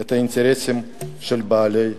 את האינטרסים של בעלי ההון.